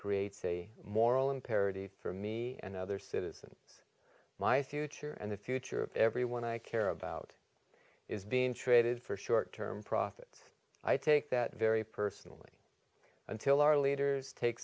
creates a moral imperative for me and other citizens my future and the future of everyone i care about is being traded for short term profits i take that very personally until our leaders take